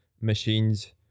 machines